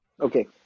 Okay